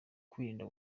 kwirinda